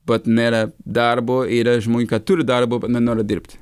bet nera darbo yra žmogu kad turi darbo nenori dirbt